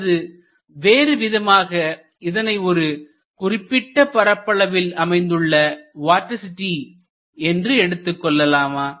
அல்லது வேறுவிதமாக இதனை ஒரு குறிப்பிட்ட பரப்பளவில் அமைந்துள்ள வார்டிசிட்டி என்று எடுத்துக்கொள்ளலாமா